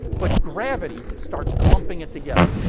but gravity starts clumping it together.